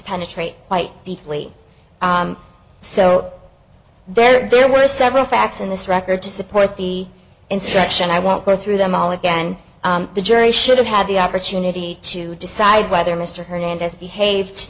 penetrate quite deeply so there were several facts in this record to support the instruction i won't go through them all again the jury should have the opportunity to decide whether mr hernandez behaved